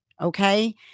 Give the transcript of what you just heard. Okay